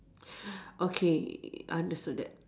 okay understood that